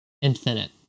infinite